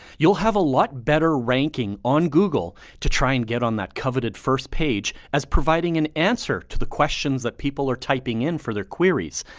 you'll have a lot better ranking on google to try and get on that coveted first page as providing an answer to the questions that people are typing in for their queries.